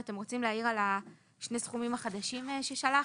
אתם רוצים להעיר על שני הסכומים החדשים ששלחתם?